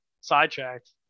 sidetracked